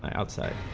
outside